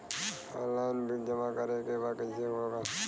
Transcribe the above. Online bill जमा करे के बा कईसे होगा?